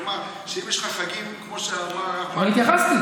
כלומר, אם יש לך חגים, כמו שאמר, התייחסתי.